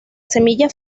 semilla